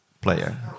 player